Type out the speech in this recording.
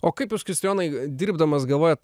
o kaip jūs kristijonai dirbdamas galvojat